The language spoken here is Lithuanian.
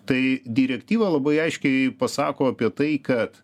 tai direktyva labai aiškiai pasako apie tai kad